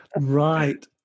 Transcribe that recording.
Right